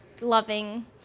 loving